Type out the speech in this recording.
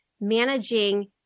managing